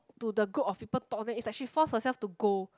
to the group of people talk then it's like she force herself to go